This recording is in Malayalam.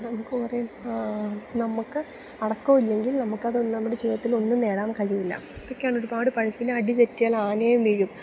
നമുക്ക് കുറെ നമുക്ക് അടക്കൊ ഇല്ലെങ്കിൽ നമുക്കതൊന്നും നമ്മുടെ ജീവിതത്തിൽ ഒന്നും നേടാൻ കഴിയില്ല ഇതൊക്കെയാണ് ഒരുപാട് പഴ പിന്നെ അടി തെറ്റിയാൽ ആനയും വീഴും